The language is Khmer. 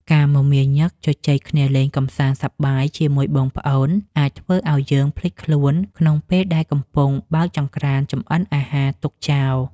ការមមាញឹកជជែកគ្នាលេងកម្សាន្តសប្បាយជាមួយបងប្អូនអាចធ្វើឱ្យយើងភ្លេចខ្លួនក្នុងពេលដែលកំពុងបើកចង្ក្រានចម្អិនអាហារទុកចោល។